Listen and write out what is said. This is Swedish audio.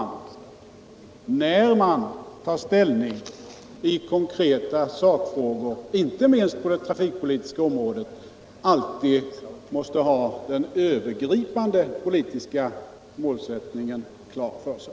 När man tar ställning i konkreta sakfrågor, inte minst på det trafikpolitiska området, måste man alltid ha den övergripande politiska målsättningen klar för sig.